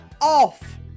off